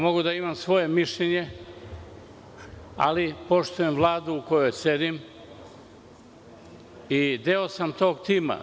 Mogu imati svoje mišljenje, ali poštujem Vladu u kojoj sedim i deo sam tog tima.